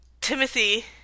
Timothy